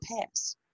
pass